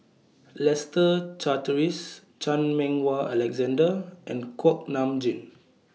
Leslie Charteris Chan Meng Wah Alexander and Kuak Nam Jin